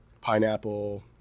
pineapple